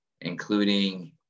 including